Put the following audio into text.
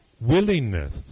willingness